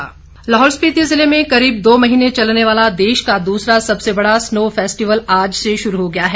festival Lahaul Spiti ज़िले में करीब दो महीने चलने वाला देश का दूसरा सबसे बड़ा स्नो फैस्टिवल आज से शुरू हो गया है